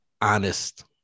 honest